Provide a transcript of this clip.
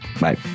Bye